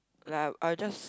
like I'll I'll just